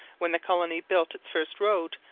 when the colony built its first road,